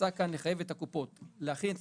ההצעה כאן לחייב את הקופות להכין את